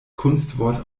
kunstwort